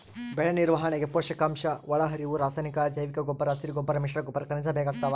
ಬೆಳೆನಿರ್ವಹಣೆಗೆ ಪೋಷಕಾಂಶಒಳಹರಿವು ರಾಸಾಯನಿಕ ಅಜೈವಿಕಗೊಬ್ಬರ ಹಸಿರುಗೊಬ್ಬರ ಮಿಶ್ರಗೊಬ್ಬರ ಖನಿಜ ಬೇಕಾಗ್ತಾವ